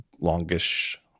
longish